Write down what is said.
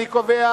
אני קובע